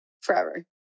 forever